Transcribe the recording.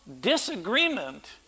Disagreement